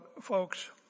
folks